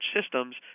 systems